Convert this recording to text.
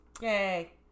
Yay